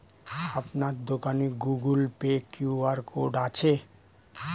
আপনার দোকানে Google Pay QR code আছে?